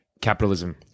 capitalism